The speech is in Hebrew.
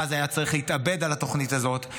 ואז היה צריך להתאבד על התוכנית הזאת,